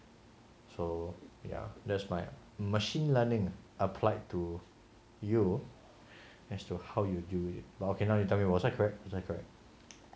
so ya that's my machine learning applied to you as to how you do it but okay now you tell me was I correct was I correct